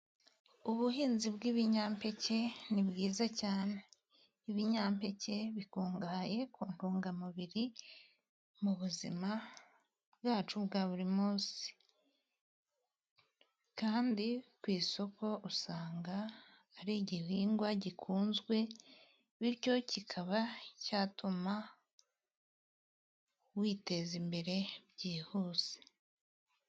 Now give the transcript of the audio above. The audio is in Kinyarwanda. Ubuhinzi bw'ibinyampeke ni bwiza cyane. Ibinyampeke bikungahaye ku ntungamubiri mu buzima bwacu bwa buri munsi. Kandi ku isoko usanga ari igihingwa gikunzwe, bityo kikaba cyatuma witeza imbere byihuse.